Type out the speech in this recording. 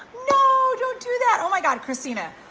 no, don't do that oh my god, christina.